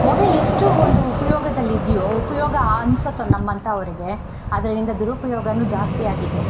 mobile ಎಷ್ಟು ಒಂದು ಉಪಯೋಗದಲ್ಲಿದೆಯೋ ಉಪಯೋಗ ಅನ್ಸುತ್ತೊ ನಮ್ಮಂಥವರಿಗೆ ಅದರಿಂದ ದುರುಪಯೋಗವೂ ಜಾಸ್ತಿ ಆಗಿದೆ